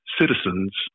citizens